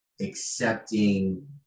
accepting